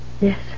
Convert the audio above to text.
Yes